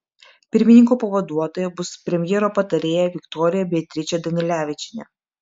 pirmininko pavaduotoja bus premjero patarėja viktorija beatričė danilevičienė